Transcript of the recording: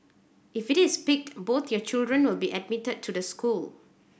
if it is picked both your children will be admitted to the school